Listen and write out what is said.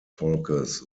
volkes